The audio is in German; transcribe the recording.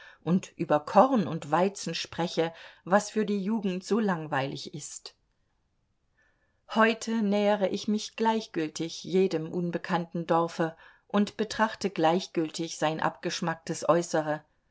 und über korn und weizen spreche was für die jugend so langweilig ist heute nähere ich mich gleichgültig jedem unbekannten dorfe und betrachte gleichgültig sein abgeschmacktes äußere